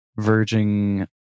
verging